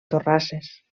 torrasses